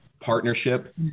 partnership